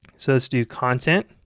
so let's do content,